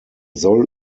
soll